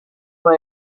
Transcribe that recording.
por